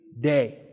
day